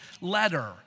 letter